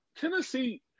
Tennessee